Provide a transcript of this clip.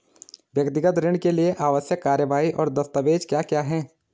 व्यक्तिगत ऋण के लिए आवश्यक कार्यवाही और दस्तावेज़ क्या क्या हैं?